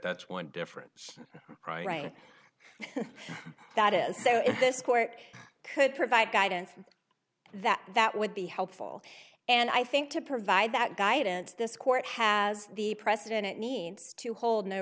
that's one difference right that is so if this court could provide guidance that that would be helpful and i think to provide that guidance this court has the precedent it needs to hold no